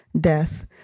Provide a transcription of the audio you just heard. death